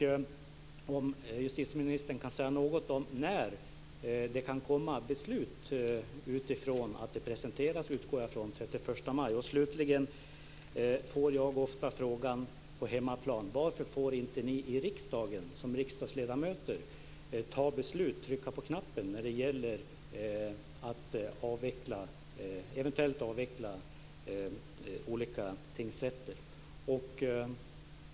Kan justitieministern säga något om när det kan komma beslut? Jag utgår då från att utredningen presenteras den 31 maj. Slutligen får jag ofta frågan på hemmaplan: Varför får inte ni i riksdagen, som riksdagsledamöter, trycka på knappen och fatta beslut när det gäller att eventuellt avveckla olika tingsrätter?